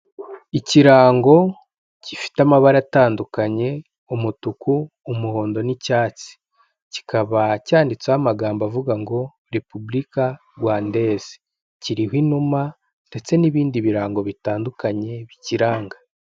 Ikirango gifite amabara atandukanye, umutuku, umuhondo n'icyatsi, kikaba cyanditseho amagambo avuga ngo Repubulika Rwandaise, kiriho inuma ndetse n'ibindi birango bitandukanye bikiranga.